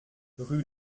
rue